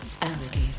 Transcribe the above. alligator